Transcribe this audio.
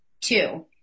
Two